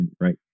right